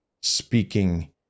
speaking